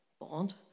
Bond